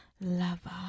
lover